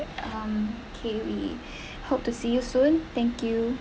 um okay we hope to see you soon thank you